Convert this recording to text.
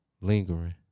lingering